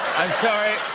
i'm sorry.